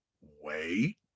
Wait